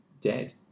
dead